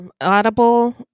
Audible